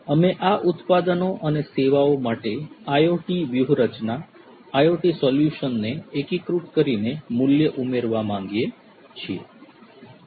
અમે આ ઉત્પાદનો અને સેવાઓ માટે IoT વ્યૂહરચના IoT સોલ્યુશન્સને એકીકૃત કરીને મૂલ્ય ઉમેરવા માંગીએ છીએ